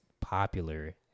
popular